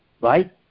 right